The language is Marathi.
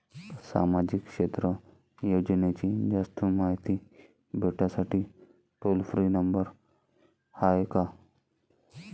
सामाजिक क्षेत्र योजनेची जास्त मायती भेटासाठी टोल फ्री नंबर हाय का?